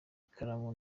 ikaramu